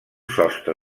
sostre